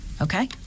okay